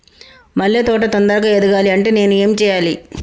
మల్లె తోట తొందరగా ఎదగాలి అంటే నేను ఏం చేయాలి?